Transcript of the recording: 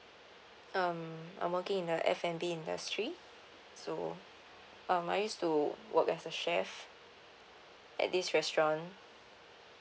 um I'm working in the F and B industry so um I used to work as a chef at this restaurant